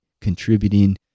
contributing